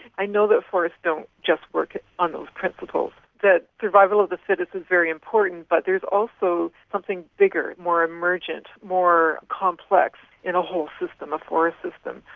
i know that forests don't just work on those principles, that survival of the fittest is very important but there's also something bigger, more emergent, more complex in a whole system, a forest system,